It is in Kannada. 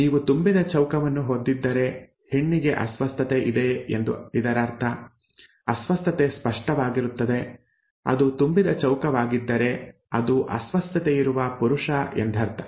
ನೀವು ತುಂಬಿದ ಚೌಕವನ್ನು ಹೊಂದಿದ್ದರೆ ಹೆಣ್ಣಿಗೆ ಅಸ್ವಸ್ಥತೆ ಇದೆ ಎಂದು ಇದರರ್ಥ ಅಸ್ವಸ್ಥತೆ ಸ್ಪಷ್ಟವಾಗಿರುತ್ತದೆ ಅದು ತುಂಬಿದ ಚೌಕವಾಗಿದ್ದರೆ ಅದು ಅಸ್ವಸ್ಥತೆಯಿರುವ ಪುರುಷ ಎಂದರ್ಥ